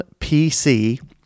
PC